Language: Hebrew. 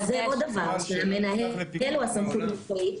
אז זה עוד דבר שמנהל מצד אחד הוא הסמכות המקצועית,